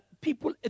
people